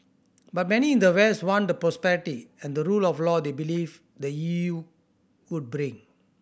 but many in the west want the prosperity and the rule of law they believe the E U would bring